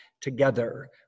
together